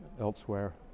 elsewhere